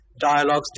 Dialogues